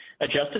Adjusted